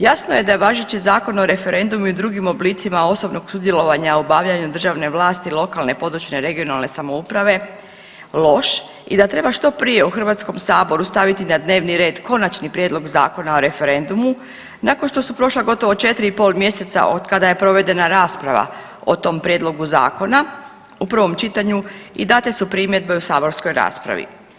Jasno je da je važeći Zakon o referendumu i drugim oblicima osobnog sudjelovanja u obavljanju državne vlasti lokalne, područne (regionalne) samouprave loš i da treba što prije u Hrvatskom saboru staviti na dnevni red Konačni prijedlog Zakona o referendumu nakon što su prošla gotovo 4,5 mjeseca od kada je provedena rasprava o tom prijedlogu zakona u prvom čitanju i date su primjedbe u saborskoj raspravi.